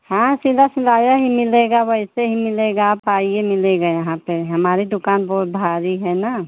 हाँ सिला सिलाया ही मिलेगा वैसे ही मिलेगा आप आइए मिलेगा यहाँ पर हमारी दुक़ान बहुत भारी है ना